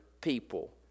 people